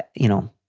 you know,